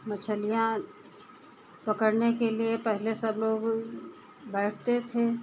मछलियाँ पकड़ने के लिए पहले सब लोग बैठते थे